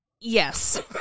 Yes